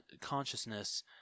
consciousness